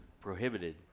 prohibited